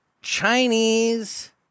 Chinese